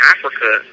Africa